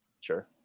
sure